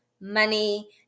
money